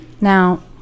Now